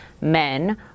men